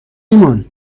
ایمان